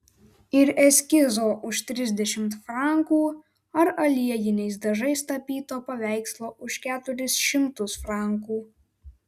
ir eskizo už trisdešimt frankų ar aliejiniais dažais tapyto paveikslo už keturis šimtus frankų